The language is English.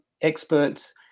experts